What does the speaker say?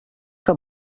que